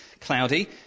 cloudy